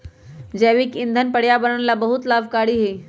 जैविक ईंधन पर्यावरण ला बहुत लाभकारी हई